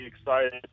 excited